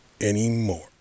anymore